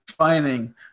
training